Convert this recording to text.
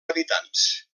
habitants